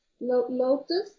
Lotus